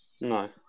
No